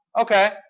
okay